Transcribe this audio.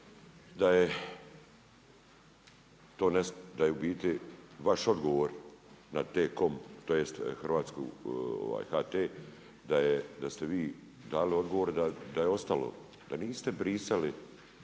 da je u biti vaš odgovor na T-COM, tj. Hrvatskog HT, da ste vi dali odgovor dali da je ostalo, da niste brisali